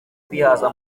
kwihaza